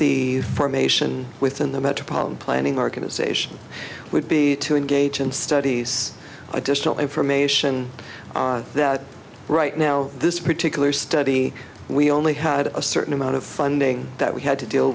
the formation within the metropolitan planning organization would be to engage in studies additional information that right now this particular study we only had a certain amount of funding that we had to deal